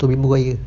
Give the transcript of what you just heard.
toby maguire